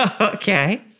Okay